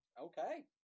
okay